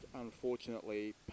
unfortunately